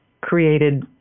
created